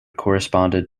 corresponded